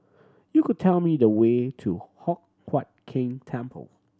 you could tell me the way to Hock Huat Keng Temple